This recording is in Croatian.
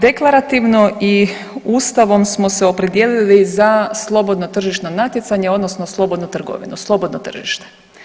Deklarativno i Ustavom smo se opredijelili za slobodno tržišno natjecanje odnosno slobodnu trgovinu, slobodno tržište.